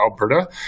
Alberta